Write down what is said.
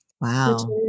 Wow